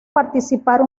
participar